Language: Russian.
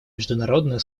международную